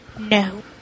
No